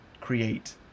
create